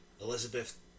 Elizabeth